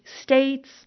states